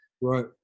Right